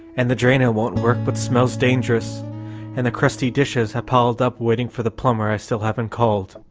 and the drano won't work but smells dangerous and the crusty dishes have piled upwaiting for the plumber i still haven't called.